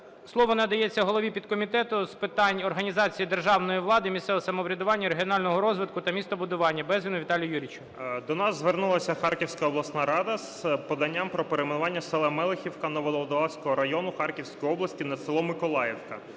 Слово надається голові підкомітету з питань організації державної влади і місцевого самоврядування, регіонального розвитку та містобудування Безгіну Віталію Юрійовичу. 17:33:16 БЕЗГІН В.Ю. До нас звернулася Харківська обласна рада з поданням про перейменування села Мелихівка Нововодолазького району Харківської області на село Миколаївка.